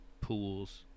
pools